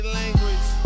language